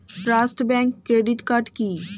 Trust bank credit card কি?